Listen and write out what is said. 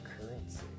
currency